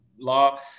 law